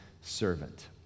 servant